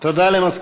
עליזה לביא,